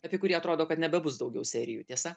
apie kurį atrodo kad nebebus daugiau serijų tiesa